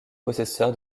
possesseur